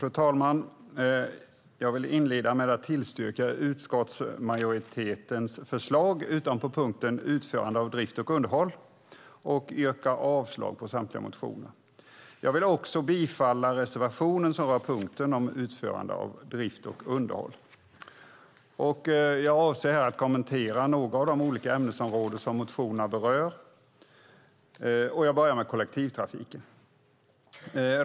Fru talman! Jag vill inleda med att yrka bifall till utskottsmajoritetens förslag utom på punkten Utförande av drift och underhåll och yrka avslag på samtliga motioner. Jag vill också yrka bifall till reservationen som rör punkten om utförande av drift och underhåll. Jag avser att kommentera några av de olika ämnesområden som motionerna berör, och jag börjar med kollektivtrafiken.